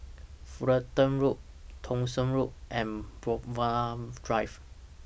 Fullerton Road Thong Soon Road and Brookvale Drive